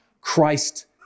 Christ